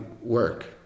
work